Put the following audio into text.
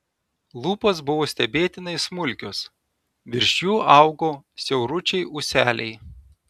lūpos buvo stebėtinai smulkios virš jų augo siauručiai ūseliai